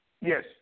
Yes